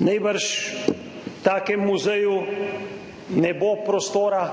Najbrž v takem muzeju ne bo prostora,